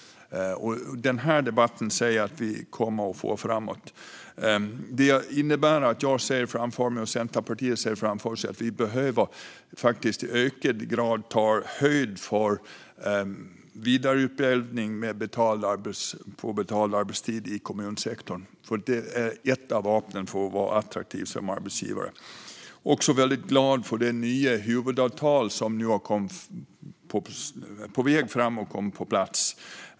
Sådana debatter tror jag att vi kommer att få framöver. Jag och Centerpartiet ser framför oss att vi i ökad grad behöver ta höjd för vidareutbildning på betald arbetstid i kommunsektorn, för det är ett av vapnen för att vara attraktiv som arbetsgivare. Jag är väldigt glad över det nya huvudavtal som nu är på väg att komma på plats.